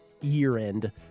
year-end